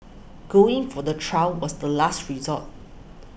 going for the trial was the last resort